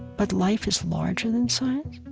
but life is larger than science.